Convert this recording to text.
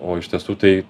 o iš tiesų tai